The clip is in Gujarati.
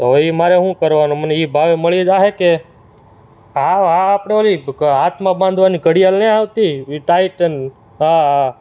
તો એ મારે શું કરવાનું મને એ ભાવે મળી જશે કે હાવ હા આપણે એ હાથમાં બાંધવાની ઘડિયાળ નથી આવતી એ ટાઇટન હા હા